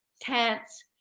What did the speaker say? tents